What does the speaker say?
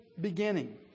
beginning